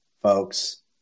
folks